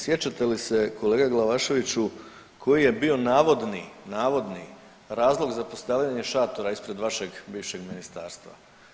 Sjećate li se kolega Glavaševiću koji je bio navodni, navodni razlog za postavljenje šatora ispred vašeg bivšeg ministarstva?